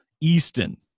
Easton